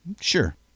Sure